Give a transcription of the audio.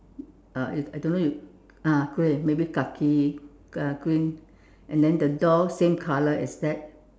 uh you I don't know if ah grey maybe khaki uh green then the door same color as that